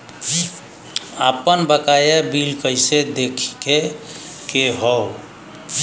आपन बकाया बिल कइसे देखे के हौ?